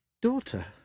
daughter